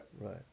Right